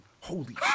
Holy